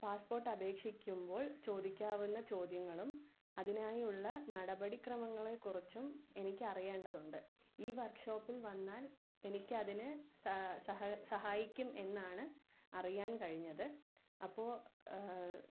passport അപേക്ഷിക്കുമ്പോൾ ചോദിക്കാവുന്ന ചോദ്യങ്ങളും അതിനായുള്ള നടപടി ക്രമങ്ങളെക്കുറിച്ചും എനിക്ക് അറിയേണ്ടതുണ്ട് ഈ വർക്ക് ഷോപ്പിൽ വന്നാൽ എനിക്കതിന് സഹായിക്കും എന്നാണ് അറിയാൻ കഴിഞ്ഞത് അപ്പോൾ